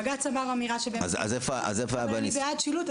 בג"צ אמיר אמירה ש --- אז איפה ה --- ואני בעד שילוט,